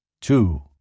Two